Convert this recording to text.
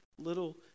little